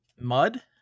Mud